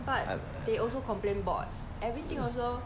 but they also complain bored everything also